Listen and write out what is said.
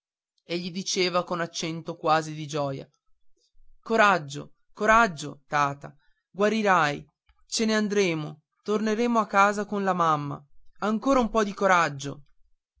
e gli diceva con accento quasi di gioia coraggio coraggio tata guarirai ce n'andremo torneremo a casa con la mamma ancora un po di coraggio